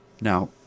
Now